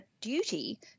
duty